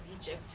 Egypt